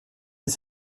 des